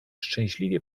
szczęśliwie